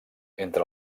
entre